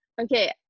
okay